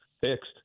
fixed